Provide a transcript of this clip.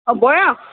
অ বয়স